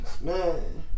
man